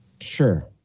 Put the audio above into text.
Sure